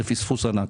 זה פספוס ענק.